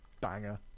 banger